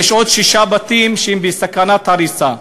יש עוד שישה בתים שהם בסכנת הריסה.